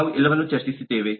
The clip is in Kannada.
ನಾವು ಎಲ್ಲವನ್ನೂ ಚರ್ಚಿಸಿದ್ದೇವೆ